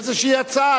איזו הצעה.